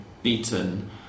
beaten